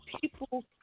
people